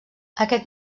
aquest